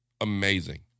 Amazing